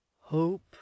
hope